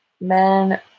Men